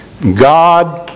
God